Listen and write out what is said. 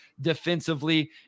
defensively